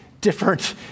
different